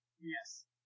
Yes